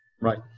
Right